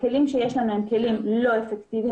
הכלים שיש לנו הם כלים לא אפקטיביים,